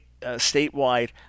statewide